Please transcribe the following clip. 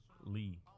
lee